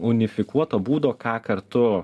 unifikuoto būdo ką kartu